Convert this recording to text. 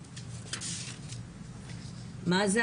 מזל,